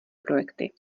projekty